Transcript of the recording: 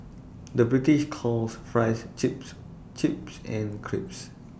the British calls Fries Chips chips and crisps